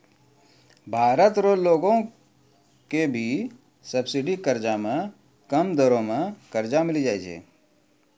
भारत रो लगो के भी सब्सिडी कर्जा मे कम दरो मे कर्जा मिली जाय छै